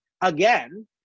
again